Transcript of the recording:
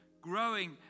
growing